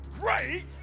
great